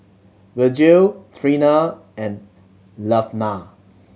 Virgil Treena and Laverna